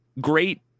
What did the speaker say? great